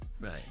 Right